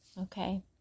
okay